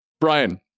Brian